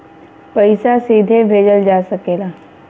पइसा सीधे भेजल जा सकेला